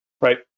Right